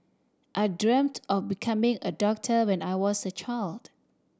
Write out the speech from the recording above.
I dreamt of becoming a doctor when I was a child